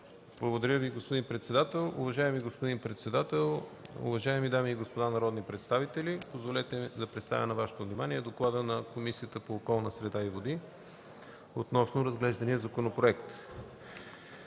Благодаря Ви, господин председател. Уважаеми господин председател, уважаеми дами и господа народни представители! Позволете ми да представя на Вашето внимание доклада на Комисията по околната среда и водите относно разглеждания законопроект.